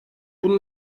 bunu